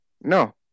No